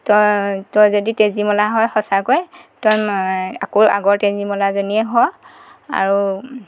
তই তই যদি তেজীমলা হয় সঁচাকৈ তই আকৌ আগৰ তেজীমলাজনীয়ে হ' আৰু